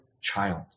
child